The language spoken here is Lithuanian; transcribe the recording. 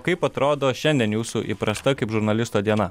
kaip atrodo šiandien jūsų įprasta kaip žurnalisto diena